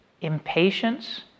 impatience